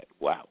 Wow